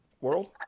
world